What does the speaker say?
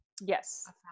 yes